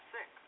Six